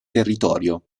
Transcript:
territorio